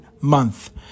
month